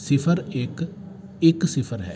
ਸਿਫਰ ਇੱਕ ਇੱਕ ਸਿਫਰ ਹੈ